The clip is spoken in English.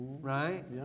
Right